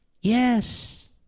Yes